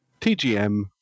tgm